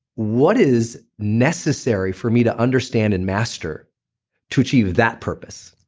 what is necessary for me to understand and master to achieve that purpose?